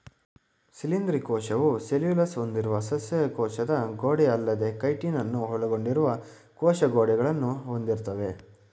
ಶಿಲೀಂಧ್ರ ಕೋಶವು ಸೆಲ್ಯುಲೋಸ್ ಹೊಂದಿರುವ ಸಸ್ಯ ಕೋಶದ ಗೋಡೆಅಲ್ಲದೇ ಕೈಟಿನನ್ನು ಒಳಗೊಂಡಿರುವ ಕೋಶ ಗೋಡೆಗಳನ್ನು ಹೊಂದಿರ್ತವೆ